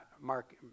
Mark